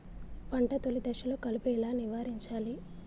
పంట తొలి దశలో కలుపు ఎలా నివారించాలి?